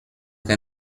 che